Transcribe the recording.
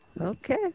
okay